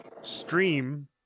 stream